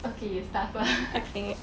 okay you start first